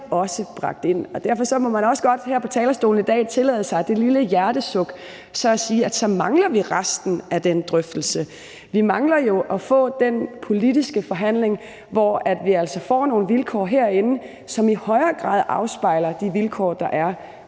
også bragt ind. Og derfor må man også godt her på talerstolen i dag tillade sig det lille hjertesuk at sige, at vi så mangler resten af den drøftelse og at få den politiske forhandling, hvor vi altså får nogle vilkår herinde, som i højere grad afspejler de vilkår, der er